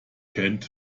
kennt